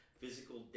physical